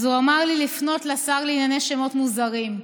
אז הוא אמר לי לפנות לשר לענייני שמות מוזרים,